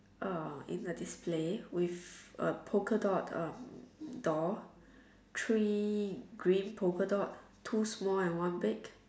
uh in the display with a polka dot um doll three green polka dots two small and one big